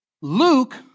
Luke